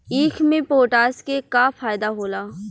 ईख मे पोटास के का फायदा होला?